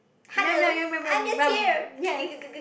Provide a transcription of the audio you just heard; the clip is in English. yes